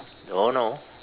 don't know